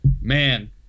man